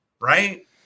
right